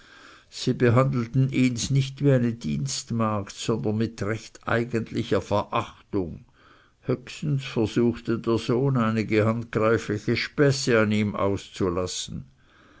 sie behandelten ihns nicht wie eine dienstmagd sondern mit recht eigentlicher verachtung höchstens versuchte der sohn einige handgreifliche späße an ihm auszulassen